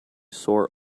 sore